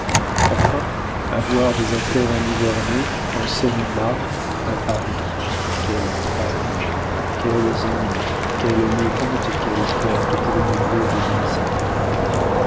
enfin avoir des affaires en nivernais en seine-et-marne à paris quel fardeau quels ennuis quels mécomptes et quelles pertes pour une veuve de vingt-sept ans